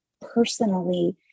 personally